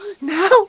Now